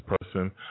person